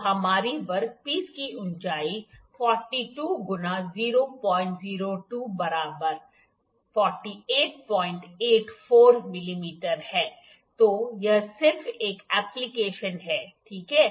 तो हमारे वर्कपीस की ऊंचाई 42 गुणा 002 बराबर 4884 mm है तो यह सिर्फ एक एप्लीकेशन है ठीक है